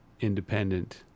Independent